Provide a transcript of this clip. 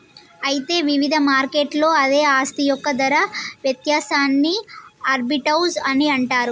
అయితే వివిధ మార్కెట్లలో అదే ఆస్తి యొక్క ధర వ్యత్యాసాన్ని ఆర్బిటౌజ్ అని అంటారు